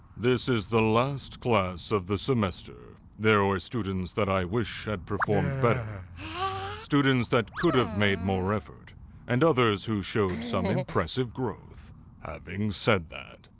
this is the last class of the semester. there were students that i wish had performed better students that could've made more effort and others who showed some impressive growth having said that,